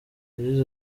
yagize